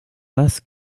las